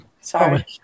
Sorry